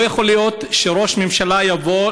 לא יכול להיות שראש ממשלה יבוא,